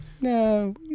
No